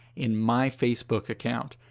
in my facebook account.